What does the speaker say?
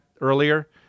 earlier